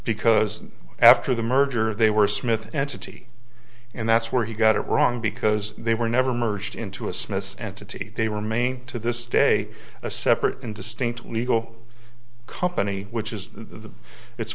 because after the merger they were smith entity and that's where he got it wrong because they were never merged into a smiths and totin they remain to this day a separate and distinct legal company which is